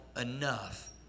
enough